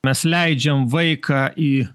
mes leidžiam vaiką į